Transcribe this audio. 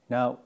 Now